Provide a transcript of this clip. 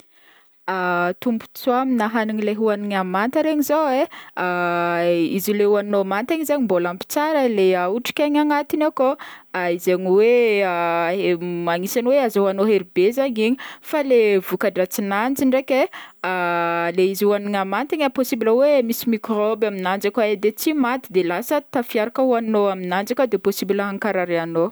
Tombontsoa amina hagniny leha hoagnina manta regny zao a izy i le hoagniny manta igny zao mbola ampy tsara le otrik'aigny agnatiny akao zegny hoe e- agnisan'ny hoe azahoagnao hery be zegny igny fa le voka-dratsignajy ndraiky e le izy hoagnina manta igny e possible hoe misy microbe aminajy akao e de tsy maty de lasa tafiaraka hoagninao aminajy akao de possible ankarary agnao.